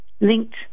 linked